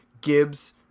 Gibbs